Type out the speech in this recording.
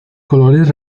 colores